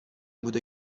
بوده